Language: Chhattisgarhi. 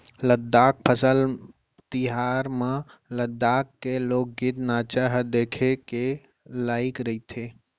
लद्दाख फसल तिहार म लद्दाख के लोकगीत, नाचा ह देखे के लइक रहिथे